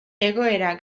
egoera